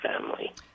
family